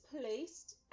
placed